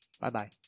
Bye-bye